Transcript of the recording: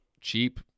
cheap